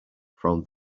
from